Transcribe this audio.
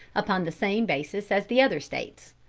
upon the same basis as the other states.